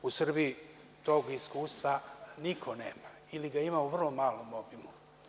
U Srbiji tog iskustva niko nema, ili ga ima u vrlo malom obimu.